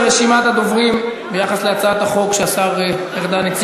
בלב של החברה הישראלית,